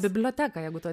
biblioteką jeigu tu